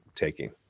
taking